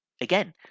Again